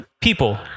people